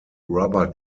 rubber